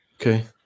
Okay